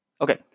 Okay